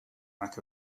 lack